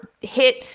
hit